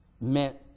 meant